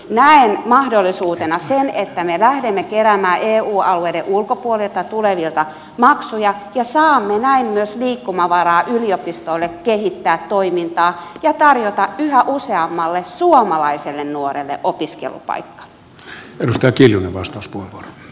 näen mahdollisuutena sen että me lähdemme keräämään eu alueiden ulkopuolelta tulevilta maksuja ja saamme näin myös liikkumavaraa yliopistoille kehittää toimintaa ja tarjota yhä useammalle suomalaiselle nuorelle opiskelupaikka